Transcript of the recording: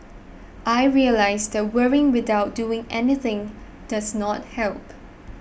I realised that worrying without doing anything does not help